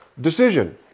decision